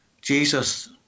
Jesus